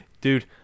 Dude